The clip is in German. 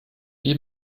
wir